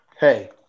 Hey